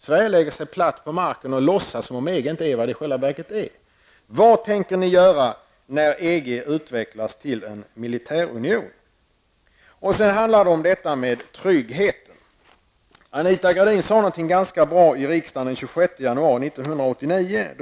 Sverige lägger sig platt på marken och låtsas som om EG inte vore vad det i själva verket är. Vad tänker ni göra när EG utvecklas till en militärunion? Sedan handlar det om tryggheten. Anita Gradin sade någonting ganska bra i riksdagen den 26 januari 1989.